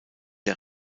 der